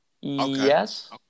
Yes